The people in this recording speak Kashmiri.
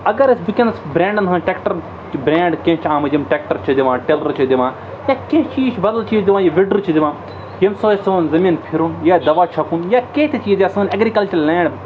اگر أسۍ وٕکٮ۪نَس برٛینٛڈَن ہٕنٛز ٹرٛٮ۪کٹَر برٛینٛڈ کینٛہہ چھِ آمٕتۍ یِم ٹرٛٮ۪کٹَر چھِ دِوان ٹِلر چھِ دِوان یا کینٛہہ چیٖز چھِ بَدَل چیٖز دِوان یہِ وِڈر چھِ دِوان ییٚمہِ سۭتۍ سون زٔمیٖن پھِرُن یا دَوا چھَکُن یا کینٛہہ تہِ چیٖز یا سٲنۍ ایٚگرِکَلچَر لینٛڈ